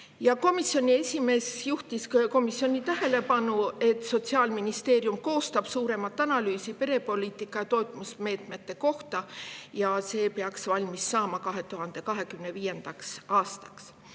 Komisjoni esimees juhtis komisjoni tähelepanu, et Sotsiaalministeerium koostab suuremat analüüsi perepoliitika toetusmeetmete kohta, mis peaks valmis saama 2025. aastaks.